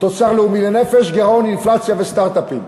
תוצר לאומי לנפש, גירעון, אינפלציה וסטרט-אפים.